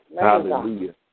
Hallelujah